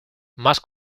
más